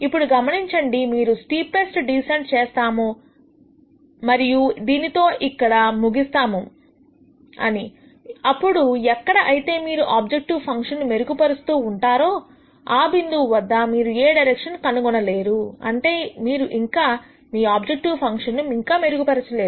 ఇప్పుడు గమనించండి మనము స్టీపెస్ట్ డీసెంట్ చేస్తాము మరియు దీనితో ఇక్కడ ముగిస్తాము అప్పుడు ఎక్కడ అయితే మీరు ఆబ్జెక్టివ్ ఫంక్షన్ ను మెరుగుపరుస్తూ ఉంటారో ఆ బిందువు వద్ద మీరు ఏ డైరెక్షన్ కనుగొనలేరు అంటే మీరు ఇంకా మీ ఆబ్జెక్టివ్ ఫంక్షన్ ను ఇంకా మెరుగుపరచలేరు